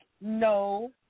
no